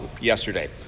yesterday